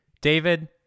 David